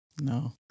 No